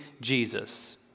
Jesus